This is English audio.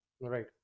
Right